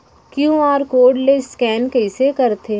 QR code ले scan कइसे करथे?